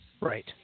Right